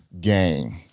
game